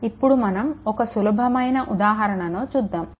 ఇప్పుడు మనం ఒక సులభమైన ఉదాహరణను చూద్దాము